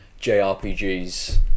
JRPGs